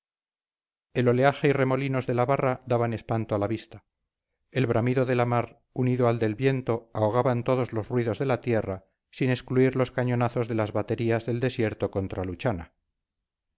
el oleaje y remolinos de la barra daban espanto a la vista el bramido de la mar unido al del viento ahogaban todos los ruidos de tierra sin excluir los cañonazos de las baterías del desierto contra luchana